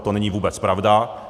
To není vůbec pravda.